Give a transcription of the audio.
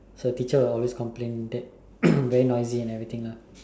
so teacher will always complain that very noisy and everything lah